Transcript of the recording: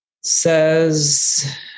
Says